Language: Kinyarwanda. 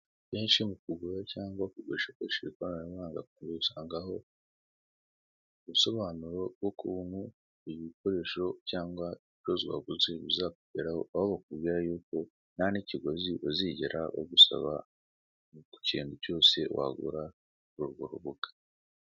Benshi mu kugura cyangwa mu kugurisha ukoresheje ikoranabuhanga usangaho ubusobanuro bw'ukuntu ibikoresho cyangwa ibicuruzwa waguze bizakugeraho aho bakubwira yuko ntanikiguzi uzigera bigusaba ku kintu cyose wagura kuri urwo rubuga.